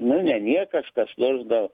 nu ne niekas kas nors gal